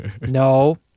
no